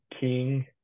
King